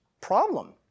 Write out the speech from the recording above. problem